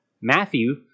Matthew